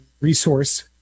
resource